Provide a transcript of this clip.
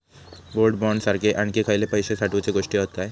Gold bond सारखे आणखी खयले पैशे साठवूचे गोष्टी हत काय?